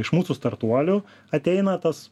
iš mūsų startuolių ateina tas